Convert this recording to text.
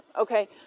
Okay